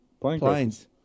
planes